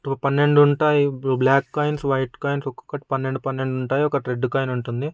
పన్నెండు ఉంటాయి black coins white coins ఒక్కొక్కటి పన్నెండు పన్నెండు ఉంటాయి ఒకటి రెడ్ కాయిన్ ఉంటుంది